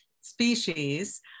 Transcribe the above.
species